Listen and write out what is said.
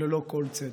וללא כל צדק.